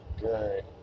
good